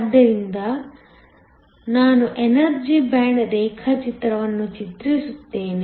ಆದ್ದರಿಂದ ನಾನು energy band ರೇಖಾಚಿತ್ರವನ್ನು ಚಿತ್ರಿಸುತ್ತೇನೆ